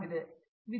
professor